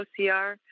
OCR